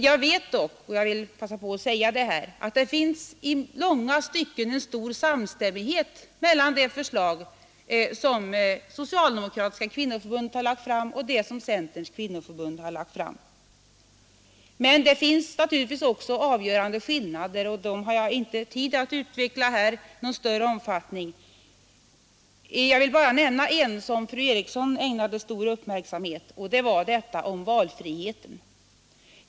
Jag vet dock — det vill jag begagna tillfället att framhålla — att det i långa stycken råder en stor samstämmighet mellan Socialdemokratiska kvinnoförbundets förslag och det förslag som Centerns Kvinnoförbund har lagt fram. Men det finns naturligtvis också avgörande skillnader, som jag inte har tid att utveckla här i någon större omfattning. Jag vill bara nämna en, som fru Eriksson i Stockholm ägnade stor uppmärksamhet, nämligen frågan om valfriheten.